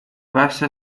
basa